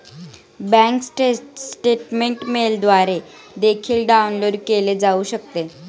bank statement मेलद्वारे देखील download केले जाऊ शकते